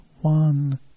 One